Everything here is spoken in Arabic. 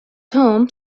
توم